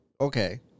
okay